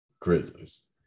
Grizzlies